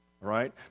Right